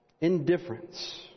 Indifference